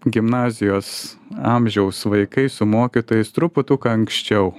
gimnazijos amžiaus vaikai su mokytojais truputuką anksčiau